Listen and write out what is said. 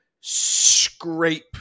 scrape